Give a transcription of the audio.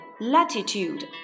Latitude